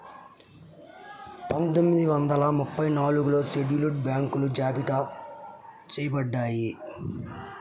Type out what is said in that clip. పందొమ్మిది వందల ముప్పై నాలుగులో షెడ్యూల్డ్ బ్యాంకులు జాబితా చెయ్యబడ్డాయి